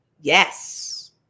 Yes